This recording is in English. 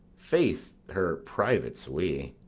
faith, her privates we.